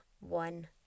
one